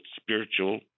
spiritual